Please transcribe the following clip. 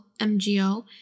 MgO